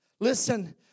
Listen